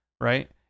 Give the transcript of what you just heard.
right